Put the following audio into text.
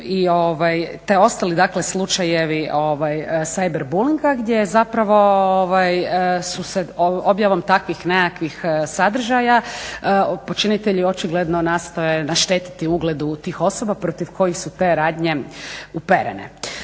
te ostali slučajevi cyber bullinga gdje je zapravo su se objavom takvih nekakvih sadržaja počinitelji očigledno nastoje naštetiti ugledu tih osoba protiv kojih su te radnje uperene.